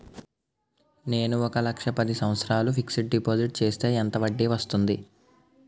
నేను ఒక లక్ష పది సంవత్సారాలు ఫిక్సడ్ డిపాజిట్ చేస్తే ఎంత వడ్డీ వస్తుంది?